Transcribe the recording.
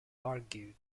argued